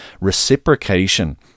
reciprocation